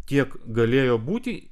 tiek galėjo būti